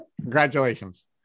Congratulations